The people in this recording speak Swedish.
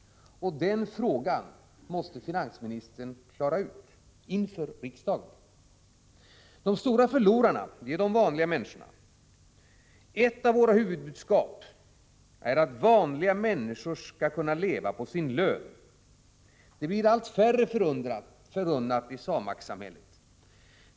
Den frågan måste finansministern klara ut inför riksdagen. De stora förlorarna är de vanliga människorna. Ett av våra huvudbudskap är att vanliga människor skall kunna leva på sin lön. Det blir allt färre förunnat i SAMAK-samhället.